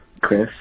Chris